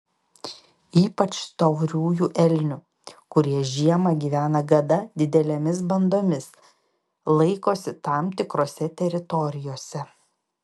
ypač tauriųjų elnių kurie žiemą gyvena gana didelėmis bandomis laikosi tam tikrose teritorijose